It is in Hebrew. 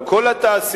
על כל התעשיות,